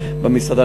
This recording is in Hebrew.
במסעדה,